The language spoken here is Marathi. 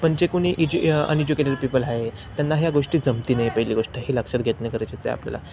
पण जे कोणी इज्य अनइज्युकेटेड पीपल आहे त्यांना ह्या गोष्टी जमत नाही पहिली गोष्ट हे लक्षात घेतणे गरजेचं आहे आपल्याला